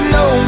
no